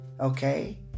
okay